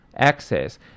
access